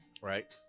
right